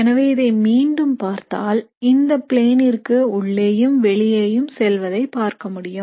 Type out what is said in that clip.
எனவே இதை மீண்டும் பார்த்தால் இந்தப் பிளேனிர்க்கு உள்ளேயும் வெளியேயும் செல்வதை பார்க்க முடியும்